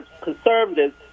conservatives